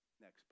next